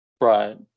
Right